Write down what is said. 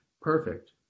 perfect